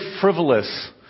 frivolous